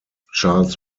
charles